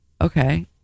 okay